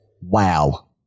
Wow